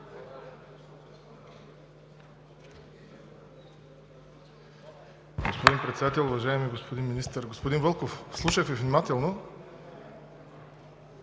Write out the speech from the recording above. Господин Председател, уважаема госпожо Министър! Господин Вълков, слушах Ви внимателно!